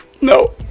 No